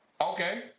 Okay